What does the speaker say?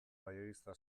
galleguista